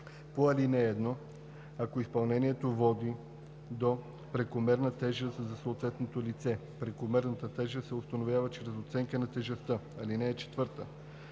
по ал. 1, ако изпълнението води до прекомерна тежест за съответното лице. Прекомерната тежест се установява чрез оценка на тежестта. (4) Лицата